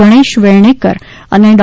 ગણેશ વેર્ણેકર અને ડૉ